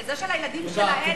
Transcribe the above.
לזאת שלילדים שלה אין,